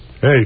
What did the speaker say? hey